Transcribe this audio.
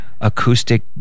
acoustic